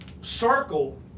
circle